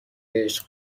عشق